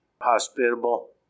hospitable